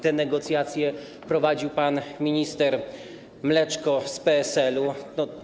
Te negocjacje prowadził pan minister Mleczko z PSL-u.